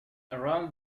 around